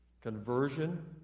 Conversion